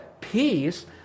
peace